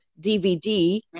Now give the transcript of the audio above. DVD